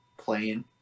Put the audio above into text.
playing